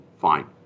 fine